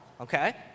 okay